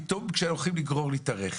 פתאום כשהולכים לגרור לי את הרכב.